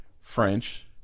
French